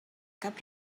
cap